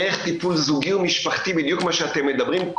דרך טיפול זוגי ומשפחתי בדיוק כמו שאתם מדברים,